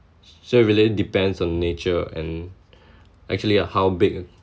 so it really depends on nature and actually how big